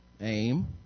aim